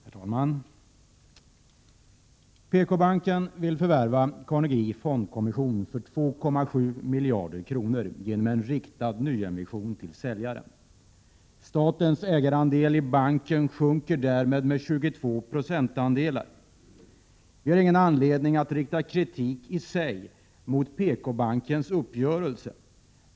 Herr talman! PKbanken vill förvärva Carnegie Fondkommission för 2,7 miljarder genom en riktad nyemission till säljaren. Statens ägarandel i banken sjunker därmed med 22 procentandelar. Vi har ingen anledning att rikta kritik mot PKbankens uppgörelse i sig.